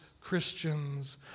Christians